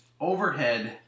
overhead